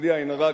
בלי עין הרע,